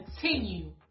continue